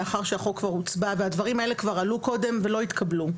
מאחר שהחוק כבר הוצבע והדברים האלה כבר עלו קודם ולא התקבלו,